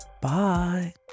Bye